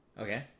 Okay